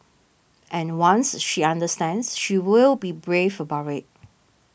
and once she understands she will be brave about it